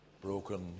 broken